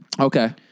Okay